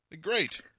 Great